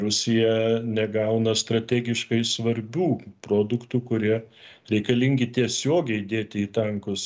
rusija negauna strategiškai svarbių produktų kurie reikalingi tiesiogiai dėti į tankus